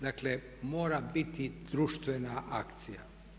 Dakle, mora biti društvena akcija.